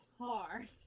hard